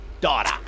daughter